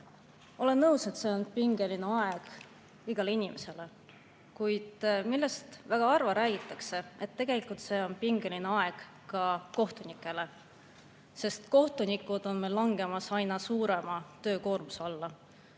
Olen nõus, et see on pingeline aeg igale inimesele, kuid väga harva räägitakse sellest, et tegelikult on see pingeline aeg ka kohtunikele, sest kohtunikud on meil langemas aina suurema töökoormuse alla.